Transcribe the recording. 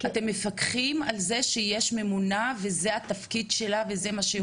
אתם מפקחים על זה שיש ממונה וזה התפקיד שלה וזה מה שהיא עושה?